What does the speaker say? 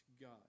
God